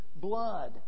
blood